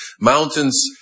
Mountains